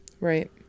Right